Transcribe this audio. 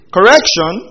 Correction